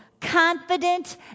confident